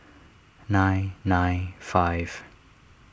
nine nine five